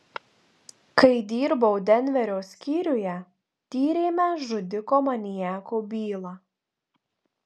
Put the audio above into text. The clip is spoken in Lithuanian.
kai dirbau denverio skyriuje tyrėme žudiko maniako bylą